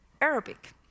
Arabic